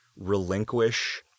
relinquish